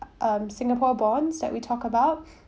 um singapore bonds that we talk about